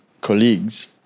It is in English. colleagues